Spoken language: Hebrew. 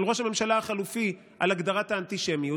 ראש הממשלה החלופי על הגדרת האנטישמיות,